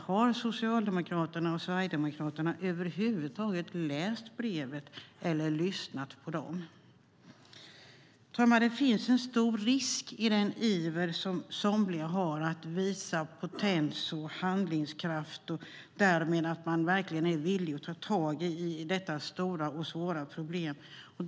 Har Socialdemokraterna och Sverigedemokraterna över huvud taget läst brevet eller lyssnat på dem? Herr talman! Det finns en stor risk i den iver som somliga har att visa potens och handlingskraft och därmed att man verkligen är villig att ta tag i detta stora och svåra problem.